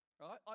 right